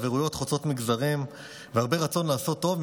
חברויות חוצות מגזרים והרבה רצון לעשות טוב,